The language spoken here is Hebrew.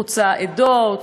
חוצה עדות,